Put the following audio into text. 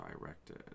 directed